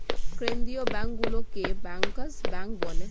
কেন্দ্রীয় ব্যাঙ্কগুলোকে bankers bank বলে